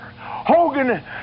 Hogan